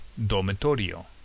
dormitorio